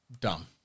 dumb